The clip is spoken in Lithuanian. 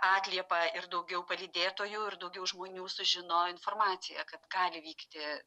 atliepą ir daugiau palydėtojų ir daugiau žmonių sužino informaciją kad gali vykti